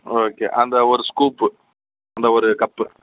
okay அந்த ஒரு scoop அந்த ஒரு கப்பு